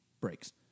breaks